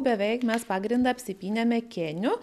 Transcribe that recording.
beveik mes pagrindą apsipylėme kėniu